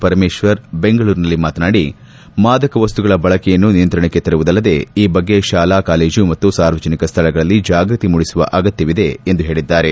ಪರಮೇಶ್ವರ್ ಬೆಂಗಳೂರಿನಲ್ಲಿ ಮಾತನಾಡಿ ಮಾದಕವಸ್ತುಗಳ ಬಳಕೆಯನ್ನು ನಿಯಂತ್ರಣಕ್ಕೆ ತರುವುದಲ್ಲದೆ ಈ ಬಗ್ಗೆ ಶಾಲಾ ಕಾಲೇಜು ಮತ್ತು ಸಾರ್ವಜನಿಕ ಸ್ಥಳಗಳಲ್ಲಿ ಜಾಗೃತಿ ಮೂಡಿಸುವ ಅಗತ್ಯವಿದೆ ಎಂದು ಹೇಳಿದ್ದಾರೆ